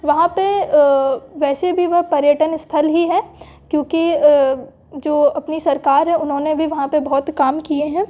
वहाँ पे वैसे भी वह पर्यटन स्थल ही है क्योंकि जो अपनी सरकार है उन्होंने भी वहाँ पे बहुत काम किए हैं